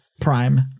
prime